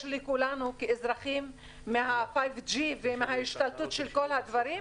לכולנו כאזרחים מה-5G ומההשתלטות של כל הדברים,